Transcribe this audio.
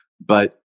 but-